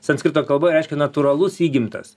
sanskrito kalboj reiškia natūralus įgimtas